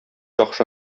яхшы